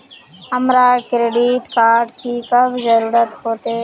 हमरा credit card की कब जरूरत होते?